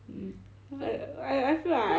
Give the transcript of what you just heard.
hmm I I feel like I